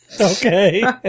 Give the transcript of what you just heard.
Okay